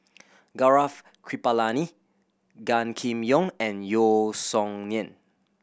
Gaurav Kripalani Gan Kim Yong and Yeo Song Nian